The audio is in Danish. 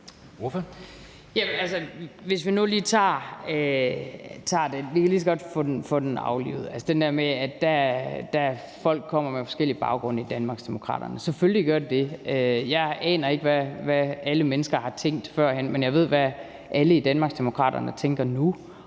Lad os nu lige tage den, vi kan lige så godt få den aflivet. Folk kommer med forskellige baggrunde i Danmarksdemokraterne – selvfølgelig gør de det. Jeg aner ikke, hvad alle mennesker har tænkt førhen, men jeg ved, hvad alle i Danmarksdemokraterne tænker nu,